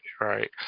right